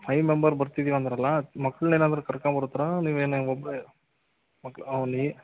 five member ಬರ್ತಿದೀವಂದ್ರಲ್ಲ ಮಕ್ಳನೆನಾದ್ರು ಕರ್ಕೊ ಬರ್ತೀರಾ ನೀವೇನು ಒಬ್ಬರೇ ಮಕ್ ಓ ನೀ